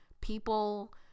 people